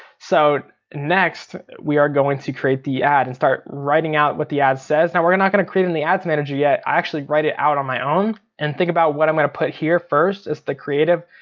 so next we are going to create the ad and start writing out what the ads says. now we're not gonna create in the ads manager yet, i actually write it out on my own and think about what i'm gonna put here first. it's the creative,